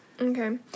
Okay